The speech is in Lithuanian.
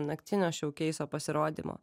naktinio šiau keiso pasirodymo